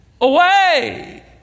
away